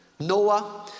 Noah